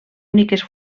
úniques